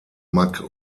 mack